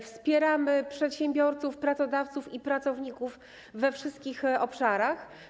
Wspieramy przedsiębiorców, pracodawców i pracowników we wszystkich obszarach.